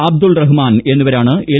അബ്ദുൾ റഫ്മാൻ എന്നിവരാണ് എൽ